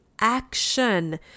action